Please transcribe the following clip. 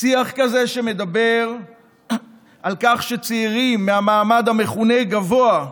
שיח כזה שמדבר על כך שצעירים מהמעמד המכונה גבוה,